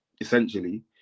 essentially